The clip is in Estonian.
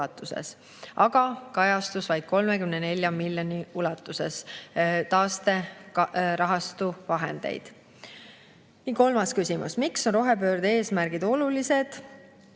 aga kajastus vaid 34 miljoni ulatuses taasterahastu vahendeid. Kolmas küsimus: "Miks on rohepöörde eesmärgid olulised